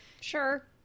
Sure